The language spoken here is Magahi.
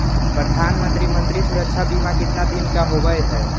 प्रधानमंत्री मंत्री सुरक्षा बिमा कितना दिन का होबय है?